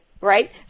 Right